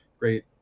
great